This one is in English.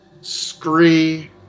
Scree